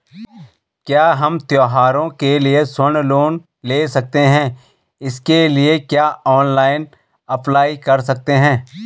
क्या हम त्यौहारों के लिए स्वर्ण लोन ले सकते हैं इसके लिए क्या ऑनलाइन अप्लाई कर सकते हैं?